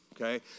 okay